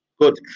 Good